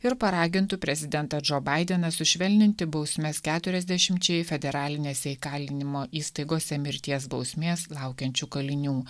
ir paragintų prezidentą džo baideną sušvelninti bausmes keturiasdešimčiai federalinėse įkalinimo įstaigose mirties bausmės laukiančių kalinių